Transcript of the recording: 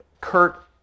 Kurt